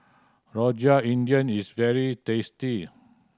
Rojak India is very tasty